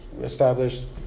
established